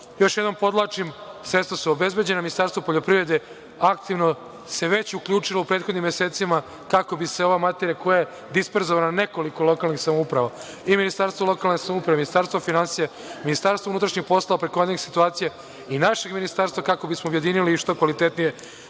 jednom podvlačim, sredstva su obezbeđena, Ministarstvo poljoprivrede aktivno se već uključilo, u prethodnim mesecima kako bi se ova materija koja je disperzovana, nekoliko lokalnih samouprava, i Ministarstvo lokalne samouprave, Ministarstvo finansija, Ministarstvo unutrašnjih poslova preko vanredne situacije i našeg Ministarstva, kako bismo objedinili i što kvalitetnije